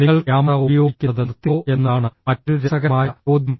നിങ്ങൾ ക്യാമറ ഉപയോഗിക്കുന്നത് നിർത്തിയോ എന്നതാണ് മറ്റൊരു രസകരമായ ചോദ്യം